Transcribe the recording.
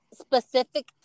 specific